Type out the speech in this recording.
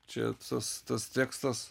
čia tas tas tekstas